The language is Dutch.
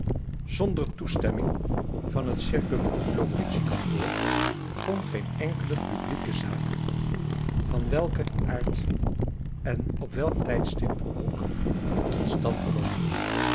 zonder toestemming van het i circumlocutie kantoor kon geen enkele publieke zaak van welken aard en op welk tijdstip ook tot stand komen